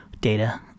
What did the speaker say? data